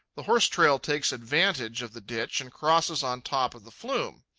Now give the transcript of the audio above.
the horse-trail takes advantage of the ditch and crosses on top of the flume.